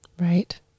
Right